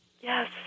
Yes